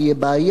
לא עכשיו,